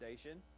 station